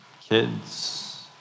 kids